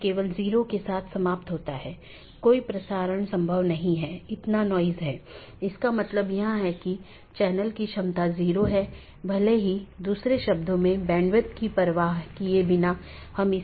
तो एक है optional transitive वैकल्पिक सकर्मक जिसका मतलब है यह वैकल्पिक है लेकिन यह पहचान नहीं सकता है लेकिन यह संचारित कर सकता है